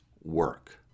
work